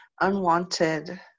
unwanted